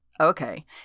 okay